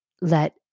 let